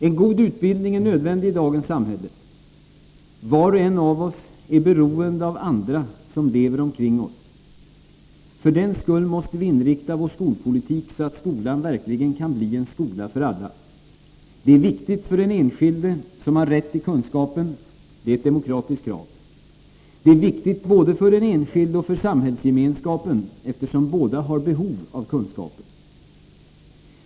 En god utbildning är nödvändig i dagens samhälle. Var och en av oss är beroende av andra som lever omkring oss. För den skull måste vi inrikta vår skolpolitik så att skolan verkligen kan bli en skola för alla. Det är viktigt för den enskilde, som har rätt till kunskapen, det är ett demokratiskt krav. Det är viktigt för både den enskilde och för samhällsgemenskapen, eftersom båda har behov av kunskapen.